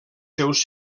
seus